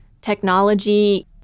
technology